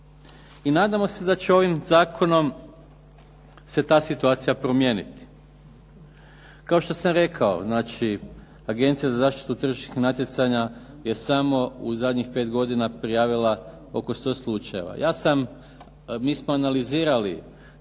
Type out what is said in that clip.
I nadamo se da će ovim zakonom se ta situacija promijeniti. Kao što sam rekao, znači Agencija za zaštitu tržišnih natjecanja je samo u zadnjih 5 godina prijavila oko 100 slučajeva. Ja sam, mi smo analizirali